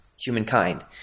humankind